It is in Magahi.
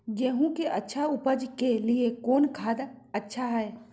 गेंहू के अच्छा ऊपज के लिए कौन खाद अच्छा हाय?